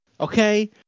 okay